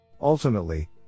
Ultimately